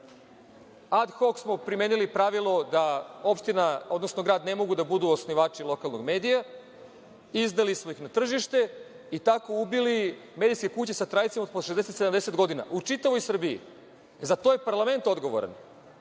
Ad hok smo primenili pravilo da opština, odnosno grad ne mogu da budu osnivači lokalnog medija, izdali smo ih na tržište i tako ubili medijske kuće sa tradicijom od po 60, 70 godina, u čitavoj Srbiji. Za to je parlament odgovoran,